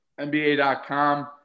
NBA.com